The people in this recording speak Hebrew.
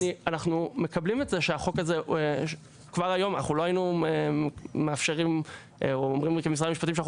אנחנו לא היינו אומרים כמשרד המשפטים שאנחנו